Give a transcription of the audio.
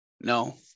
No